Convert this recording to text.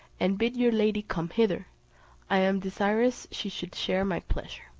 and bid your lady come hither i am desirous she should share my pleasure.